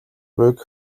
буйг